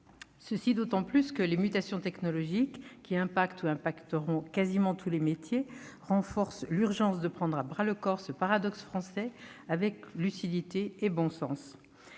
route. Quel gâchis ! Les mutations technologiques qui impactent ou impacteront quasiment tous les métiers renforcent l'urgence de prendre à bras-le-corps ce paradoxe français, avec lucidité et bon sens.